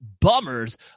bummers